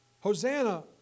Hosanna